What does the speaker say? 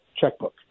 checkbook